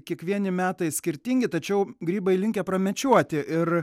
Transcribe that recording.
kiekvieni metai skirtingi tačiau grybai linkę pramečiuoti ir